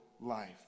Life